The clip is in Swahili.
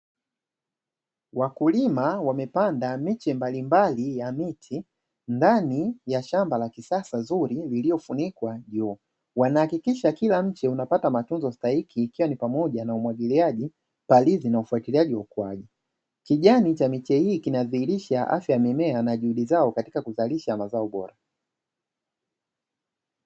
Wakulima wamepanda miche mbalimbali ya miti, ndani ya shamba la kisasa zuri liliyofunikwa juu, wanahakikisha kila mche unapata matunzo stahiki ikiwa ni pamoja na umwagiliaji, palizi na ufuatiliaji wa ukuaji, kijani cha miche hii kinadhihirisha afya ya mimea na juhudi zao katika kuzalisha mazao bora.